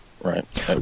Right